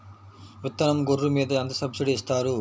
విత్తనం గొర్రు మీద ఎంత సబ్సిడీ ఇస్తారు?